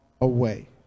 away